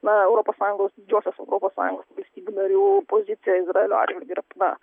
na europos sąjungos didžiosios europos sąjungos valstybių narių pozicija izraelio atžvilgiu yra na